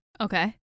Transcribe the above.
Okay